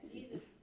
Jesus